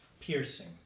Piercing